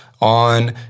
on